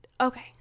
Okay